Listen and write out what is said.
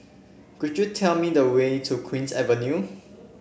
could you tell me the way to Queen's Avenue